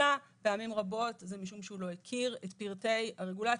אלא פעמים רבות זה משום שהוא לא הכיר את פרטי הרגולציה.